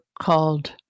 called